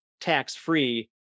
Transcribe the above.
tax-free